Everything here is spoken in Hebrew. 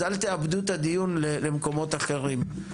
אז אל תאבדו את הדיון למקומות אחרים.